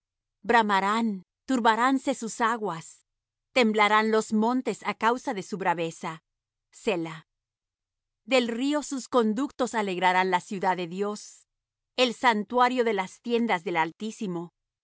mar bramarán turbaránse sus aguas temblarán los montes á causa de su braveza selah del río sus conductos alegrarán la ciudad de dios el santuario de las tiendas del altísimo dios